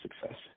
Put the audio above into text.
success